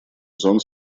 зон